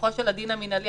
מכוחו של הדין המינהלי,